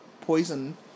poison